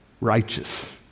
righteous